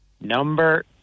number